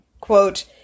quote